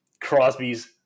Crosby's